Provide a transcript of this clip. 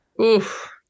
Oof